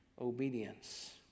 obedience